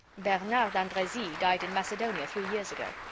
bernard d'andrezy died in macedonia three years ago.